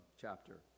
chapter